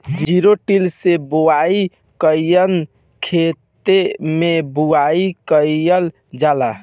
Zero till से बुआई कयिसन खेते मै बुआई कयिल जाला?